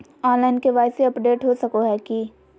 Online KYC update हो सको है की?